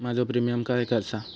माझो प्रीमियम काय आसा?